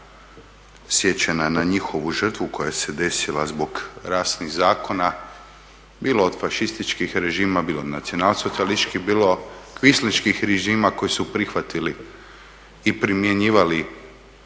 sjećanja na njihovu žrtvu koja se desila zbog rasnih zakona bilo od fašističkih režima, bilo … socijalističkih, bilo kvislinških režima koji su prihvatili i primjenjivali